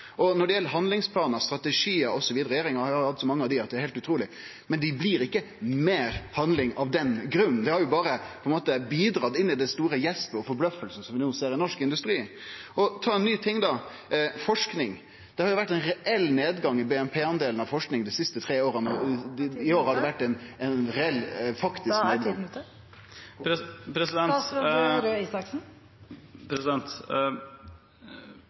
Når det gjeld handlingsplanar, strategiar osv. – regjeringa har jo hatt så mange av dei at det er heilt utruleg – blir det ikkje meir handling av den grunn. Det har jo berre bidratt inn i den store gjespen og forbløffinga som ein ser i norsk industri. Og ein ting til: forsking. Det har vore ein reell nedgang i BNP-delen når det gjeld forsking dei siste tre åra , og i år har det vore ein reell, faktisk